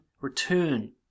return